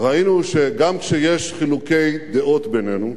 ראינו שגם כשיש חילוקי דעות בינינו,